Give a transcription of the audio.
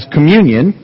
Communion